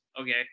okay